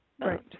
Right